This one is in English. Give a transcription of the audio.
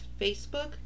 Facebook